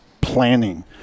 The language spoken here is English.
planning